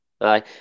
Aye